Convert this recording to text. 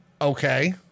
Okay